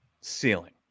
ceiling